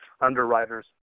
underwriters